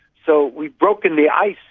so we've broken the ice,